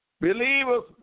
Believers